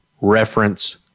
reference